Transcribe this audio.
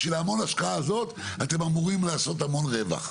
בשביל המון השקעה הזאת אתם אמורים לעשות המון רווח.